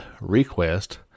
Request